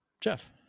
Jeff